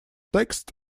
texts